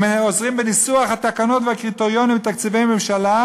הם עוזרים בניסוח התקנות והקריטריונים של תקציבי ממשלה,